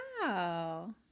wow